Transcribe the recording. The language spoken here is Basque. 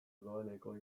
doaneko